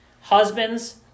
Husbands